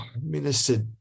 minister